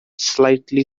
slightly